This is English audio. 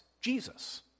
Jesus